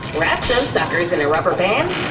wrap those suckers in a rubber band,